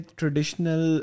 traditional